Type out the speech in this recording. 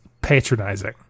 patronizing